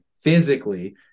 physically